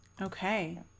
Okay